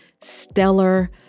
stellar